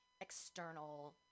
external